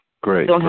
great